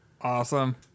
Awesome